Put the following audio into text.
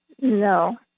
No